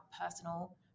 personal